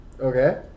okay